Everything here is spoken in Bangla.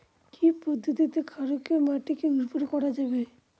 কি পদ্ধতিতে ক্ষারকীয় মাটিকে উর্বর করা যাবে?